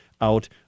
out